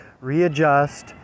readjust